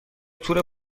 تور